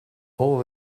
all